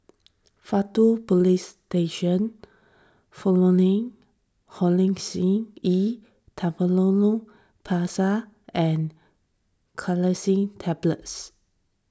Faktu Policestation E Triamcinolone Paste and Cinnarizine Tablets